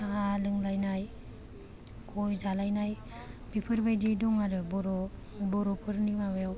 साहा लोंलायनाय गय जालायनाय बेफोरबादि दं आरो बर' बर'फोरनि माबायाव